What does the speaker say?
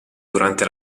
durante